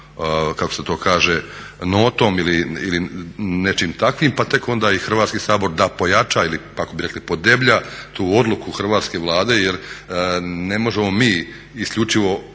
kako se to kaže notom ili nečim takvim pa tek onda i Hrvatski sabor da pojača ili kako bi rekli podeblja tu odluku hrvatske Vlade jer ne možemo mi isključivo